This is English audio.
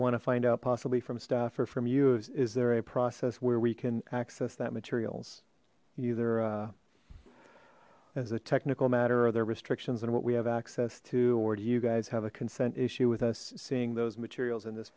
to find out possibly from staff or from you is is there a process where we can access that materials either as a technical matter or their restrictions and what we have access to or do you guys have a consent issue with us seeing those materials in this